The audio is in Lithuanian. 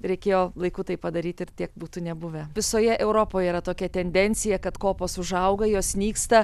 reikėjo laiku tai padaryti ir tiek būtų nebuvę visoje europoje yra tokia tendencija kad kopos užauga jos nyksta